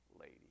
lady